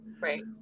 Right